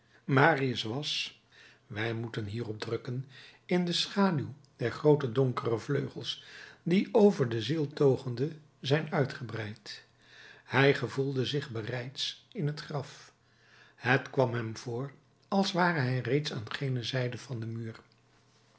marius was wij moeten hierop drukken in de schaduw der groote donkere vleugels die over de zieltogenden zijn uitgebreid hij gevoelde zich bereids in het graf het kwam hem voor als ware hij reeds aan gene zijde van den muur